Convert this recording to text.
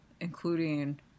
including